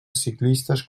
ciclistes